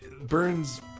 Burns